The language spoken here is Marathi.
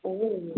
ओ